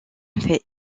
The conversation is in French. fait